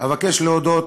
אבקש להודות